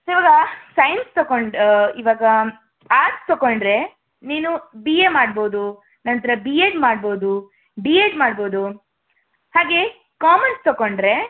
ಸ್ ಇವಾಗ ಸೈನ್ಸ್ ತೊಕೊಂಡು ಇವಾಗ ಆರ್ಟ್ಸ್ ತೊಗೊಂಡ್ರೆ ನೀನು ಬಿ ಎ ಮಾಡ್ಬೋದು ನಂತರ ಬಿ ಎಡ್ ಮಾಡ್ಬೋದು ಡಿ ಎಡ್ ಮಾಡ್ಬೋದು ಹಾಗೇ ಕಾಮರ್ಸ್ ತೊಗೊಂಡ್ರೆ